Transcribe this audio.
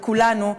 לכולנו,